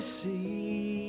see